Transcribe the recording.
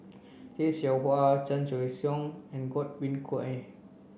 Tay Seow Huah Chan Choy Siong and Godwin Koay